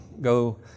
Go